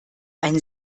ein